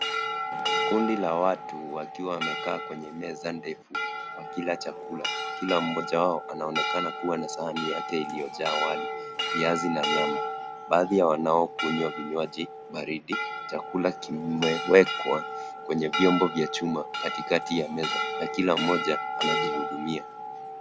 Kundi la watu wakiwa wamekaa kwenye meza ndefu wakila chakula. Kila mmoja wao anaonekana kuwa na sahani yake iliojaa wali, viazi, na nyama. Baadhi ya wanaokunywa vinywaji baridi. Chakula kimewekwa kwenye vyombo vya chuma katikati ya meza na kila mmoja anajihudumia.